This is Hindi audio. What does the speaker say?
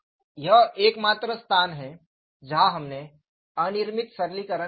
यह एकमात्र स्थान है जहां हमने अनिर्मित सरलीकरण किया था